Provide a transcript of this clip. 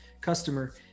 customer